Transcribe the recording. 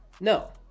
no